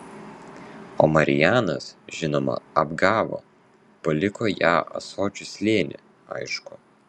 o marijanas žinoma apgavo paliko ją ąsočių slėny aišku